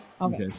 Okay